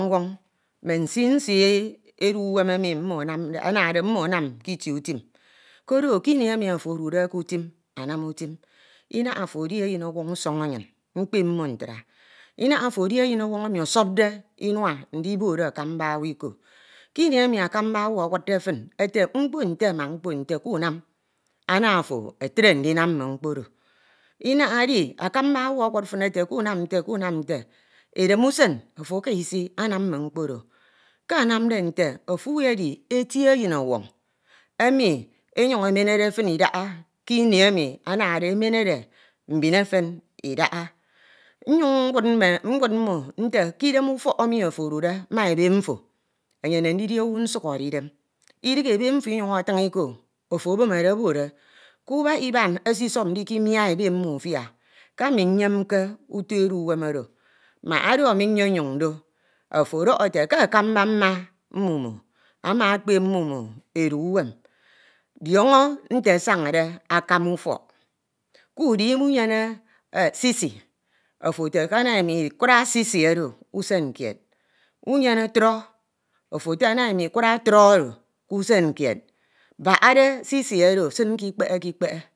ñwọñ mme nsii nsii edu uwem emi anade mmo anam ke itie utim. koro kini emi oro edude ke utim anam utim inaha ofo edi eyinọwọñ usoñ anyini mkpep mmo ntra, inaha ofo edi eyin ọnwọñ emi osọpde inua ndiboro akamba owu iko. Ke imi emi akamba owu awudde fin ete mkpo nte nss mkpo nte kunam. ana ofo etre ndinam mme mkpo oro. Inaha edi akamba awud fin ete kunam nte kunam nte. edem usen ofo aka isi anam mme mkpo oro. ke anamde nte ofo uyedi eti eninọnwọñ emi emenerede fin ke imi emi anade emenere mbin efen idaha. Nmyuñ nwud mmo nte ke idem ufọk emi of edude ma ebe mfo. enyene ndidi owu nsukhore idem. idighe ebe mfo inyuñ ita tin iko. ofo obumere oboro. ke ubak iban esisop ndikimia ebe mmo ufia, ke ami nyeemke uto edu uwam oro. mbak oro ami nyonyuñ do ofọ ọdọho ete ke akamba mma mmimo ama ekpep mmimo edu uwem. diọñọ nte asinade akama ufok. kudi inyene sisi ofo ete ke ama imo ikura sisi oro ke usen kied inyene. ofo ete ana mmo ikura trọ ọrọ ke usen kied. Bahade sisi sin ke ikpehe,